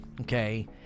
okay